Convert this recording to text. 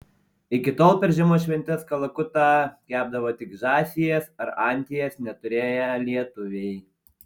iki tol per žiemos šventes kalakutą kepdavo tik žąsies ar anties neturėję lietuviai